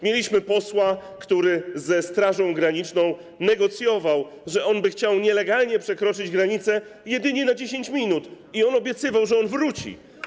Mieliśmy posła, który ze Strażą Graniczną negocjował, że on by chciał nielegalnie przekroczyć granicę jedynie na 10 minut, i on obiecywał, że wróci.